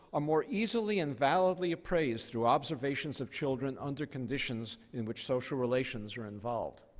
more easily and validly appraised through observations of children under conditions in which social relations are involved.